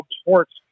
sports